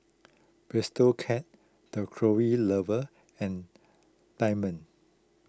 Bistro Cat the Closet Lover and Diamond